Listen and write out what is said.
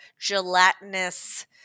gelatinous